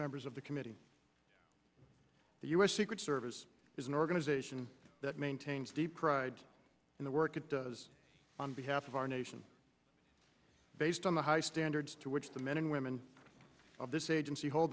members of the committee the u s secret service is an organization that maintains deep pride in the work it does on behalf of our nation based on the high standards to which the men and women of this agency hol